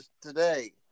today